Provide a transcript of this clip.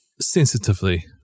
Sensitively